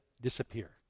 disappear